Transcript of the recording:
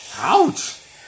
Ouch